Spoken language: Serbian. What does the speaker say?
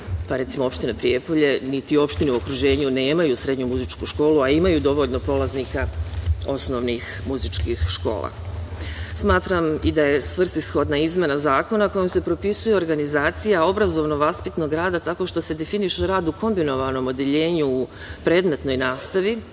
recimo, opština Prijepolje, niti opštine u okruženju nemaju srednju muzičku školu, a imaju dovoljno polaznika osnovnih muzičkih škola. Smatram da je svrsishodna izmena zakona kojom se propisuje organizacija obrazovno-vaspitnog rada tako što se definiše rad u kombinovanom odeljenju u predmetnoj nastavi